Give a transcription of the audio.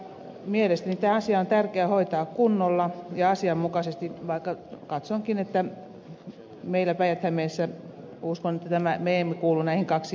mielestäni tämä asia on tärkeä hoitaa kunnolla ja asianmukaisesti vaikka uskonkin että me päijät hämeessä emme kuulu näihin kaksikielisiin käräjäoikeuspiireihin